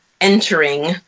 entering